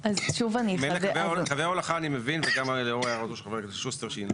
מילא קווי הולכה אני מבין לאור הערתו של חבר הכנסת שוסטר שהיא נכונה,